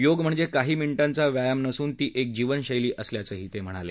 योग म्हणजे काही मिनीटांचा व्यायाम नसून ती एक जीवनशैली असल्याचंही ते म्हणाले